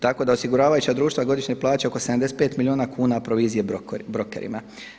Tako da osiguravajuća društva godišnje plaćaju oko 75 milijuna kuna provizije brokerima.